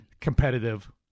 competitive